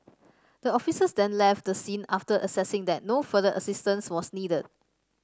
the officers then left the scene after assessing that no further assistance was needed